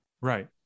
right